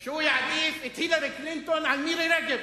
שהוא יעדיף את הילרי קלינטון על מירי רגב.